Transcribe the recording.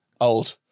old